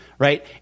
right